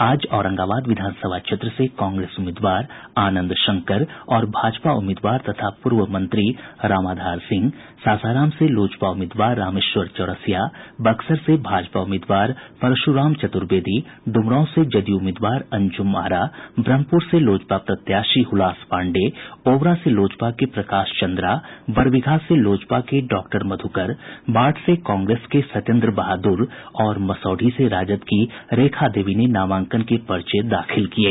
आज औरंगाबाद विधानसभा क्षेत्र से कांग्रेस उम्मीदवार आनंद शंकर और भाजपा उम्मीदवार तथा पूर्व मंत्री रामाधार सिंह सासाराम से लोजपा उम्मीदवार रामेश्वर चौरसिया बक्सर से भाजपा उम्मीदवार परशुराम चतुर्वेदी डुमरांव से जदयू उम्मीदवार अंजुम आरा ब्रह्मपुर से लोजपा प्रत्याशी हुलास पांडेय ओबरा से लोजपा के प्रकाश चंद्रा बरबीघा से लोजपा के डॉक्टर मध्रकर बाढ़ से कांग्रेस के सत्येन्द्र बहादुर और मसौढ़ी से राजद की रेखा देवी ने नामांकन के पर्चे दाखिल किये